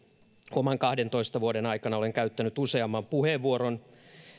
omien kahdentoista vuoden aikana olen käyttänyt tästä useamman puheenvuoron